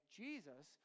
jesus